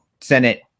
Senate